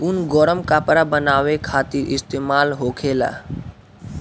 ऊन गरम कपड़ा बनावे खातिर इस्तेमाल होखेला